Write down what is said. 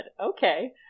okay